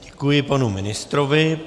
Děkuji panu ministrovi.